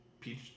Peach